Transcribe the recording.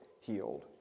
healed